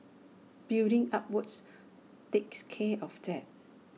building upwards takes care of that